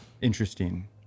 Interesting